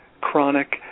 chronic